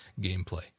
gameplay